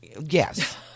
Yes